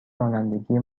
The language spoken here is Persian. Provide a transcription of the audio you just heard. رانندگی